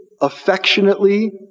affectionately